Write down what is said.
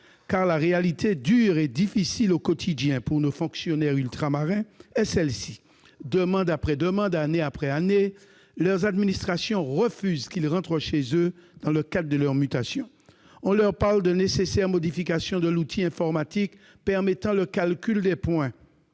dure réalité quotidienne est la suivante pour nos fonctionnaires ultramarins : demande après demande, année après année, leur administration refuse qu'ils rentrent chez eux dans le cadre de leur mutation. On leur oppose une nécessaire modification de l'outil informatique permettant le calcul des points